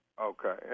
Okay